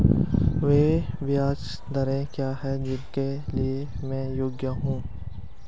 वे ब्याज दरें क्या हैं जिनके लिए मैं योग्य हूँ?